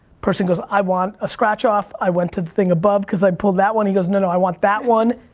person goes, i want a scratch off. i went to the thing above cause i pulled that one. he goes, no, no, i want that one.